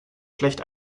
schlecht